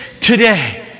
today